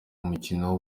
mukino